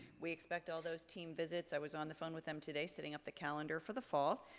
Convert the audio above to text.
we expect all those team visits, i was on the phone with them today setting up the calendar for the fall.